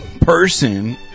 person